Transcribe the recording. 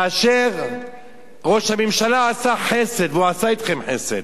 כאשר ראש הממשלה עשה חסד, והוא עשה אתכם חסד,